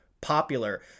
popular